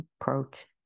approach